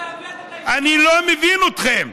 אני לא מבין אתכם.